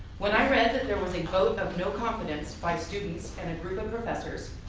when i read that there was a vote of no confidence by students and a group of professors,